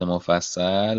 مفصل